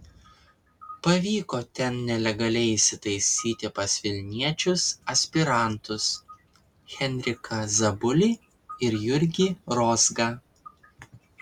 pavyko ten nelegaliai įsitaisyti pas vilniečius aspirantus henriką zabulį ir jurgį rozgą